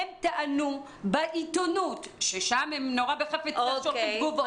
הם טענו בעיתונות שלשם הם שולחים בחפץ לב תגובות